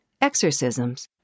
exorcisms